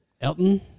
Elton